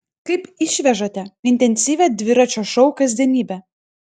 kaip išvežate intensyvią dviračio šou kasdienybę